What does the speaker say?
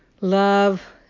Love